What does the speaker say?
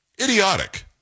Idiotic